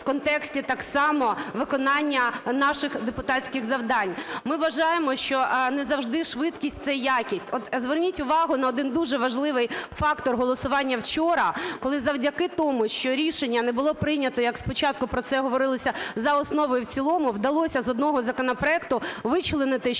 в контексті так само виконання наших депутатських завдань. Ми вважаємо, що не завжди швидкість – це якість. От зверніть увагу на один дуже важливий фактор голосування вчора, коли завдяки тому, що рішення не було прийнято, як спочатку про це говорилося за основу і в цілому, вдалося з одного законопроекту вичленити ще